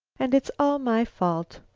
and it's all my fault.